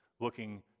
looking